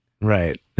right